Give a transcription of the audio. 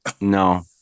No